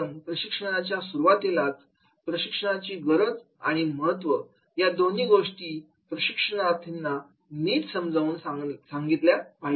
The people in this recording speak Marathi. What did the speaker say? प्रशिक्षणाच्या सुरुवातीलाच प्रशिक्षणाची गरज आणि महत्व या दोन्ही गोष्टी प्रशिक्षणार्थींना नीट समजावून सांगितल्या पाहिजेत